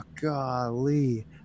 golly